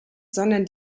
sondern